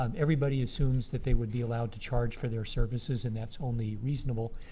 um everybody assumes that they would be allowed to charge for their services, and that's only reasonable.